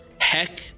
heck